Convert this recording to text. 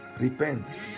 repent